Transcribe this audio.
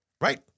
Right